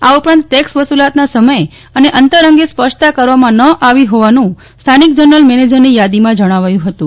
આ ઉપરાંત ટેક્સ વસૂલાતના સમય અને અંતર અંગે સ્પષ્ટતા કરવામાં ન આવી હોવાનું સ્થાનિક જનરલ મેનેજરની યાદીમાં જણાવાયું હતું